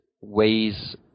Ways